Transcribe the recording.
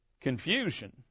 confusion